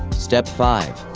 step five.